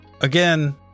Again